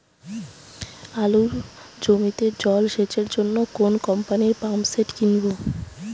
আলুর জমিতে জল সেচের জন্য কোন কোম্পানির পাম্পসেট কিনব?